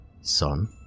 Son